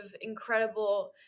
incredible